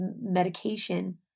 medication